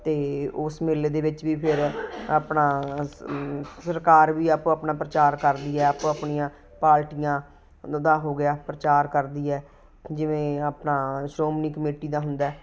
ਅਤੇ ਉਸ ਮੇਲੇ ਦੇ ਵਿੱਚ ਵੀ ਫਿਰ ਆਪਣਾ ਸ ਸਰਕਾਰ ਵੀ ਆਪੋ ਆਪਣਾ ਪ੍ਰਚਾਰ ਕਰਦੀ ਹੈ ਆਪੋ ਆਪਣੀਆਂ ਪਾਰਟੀਆਂ ਦਾ ਹੋ ਗਿਆ ਪ੍ਰਚਾਰ ਕਰਦੀ ਹੈ ਜਿਵੇਂ ਆਪਣਾ ਸ਼੍ਰੋਮਣੀ ਕਮੇਟੀ ਦਾ ਹੁੰਦਾ